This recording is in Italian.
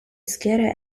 schiere